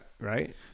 Right